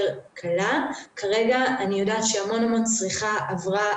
כרגע אני יודעת שהמון צריכה עברה,